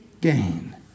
gain